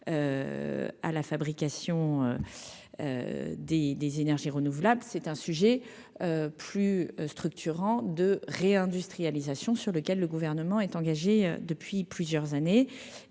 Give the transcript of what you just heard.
à la fabrication des des énergies renouvelables, c'est un sujet plus structurant de réindustrialisation sur lequel le gouvernement est engagé depuis plusieurs années